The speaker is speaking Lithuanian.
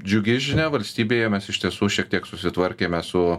džiugi žinia valstybėje mes iš tiesų šiek tiek susitvarkėme su